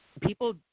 people